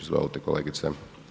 Izvolite kolegice.